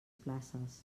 places